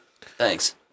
Thanks